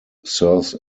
serves